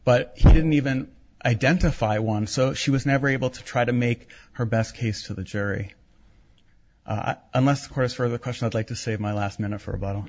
but he didn't even identify one so she was never able to try to make her best case to the jury unless of course for the question i'd like to save my last minute for about